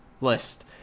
List